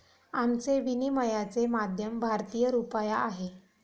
आमचे विनिमयाचे माध्यम भारतीय रुपया आहे